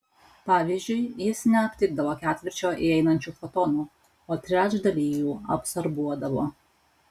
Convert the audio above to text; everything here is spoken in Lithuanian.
pavyzdžiui jis neaptikdavo ketvirčio įeinančių fotonų o trečdalį jų absorbuodavo